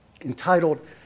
entitled